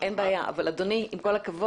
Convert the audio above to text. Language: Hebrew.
אבל קודם כל לחוק,